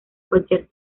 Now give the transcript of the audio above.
cualquier